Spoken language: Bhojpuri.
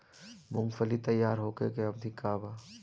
मूँगफली तैयार होखे के अवधि का वा?